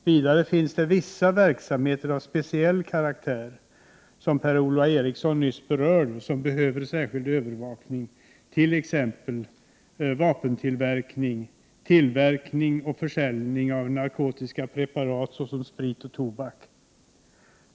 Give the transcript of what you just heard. Vidare finns det vissa verksamheter av speciell karaktär — som Per-Ola Eriksson nyss berörde — som behöver särskild övervakning, t.ex. vapentillverkning och tillverkning och försäljning av narkotiska preparat såsom sprit och tobak.